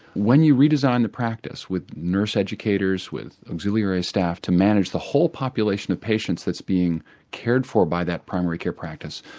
when you redesign a practice with nurse educators, with auxiliary staff to manage the whole population of patients that's being cared for by that primary care practice,